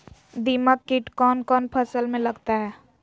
दीमक किट कौन कौन फसल में लगता है?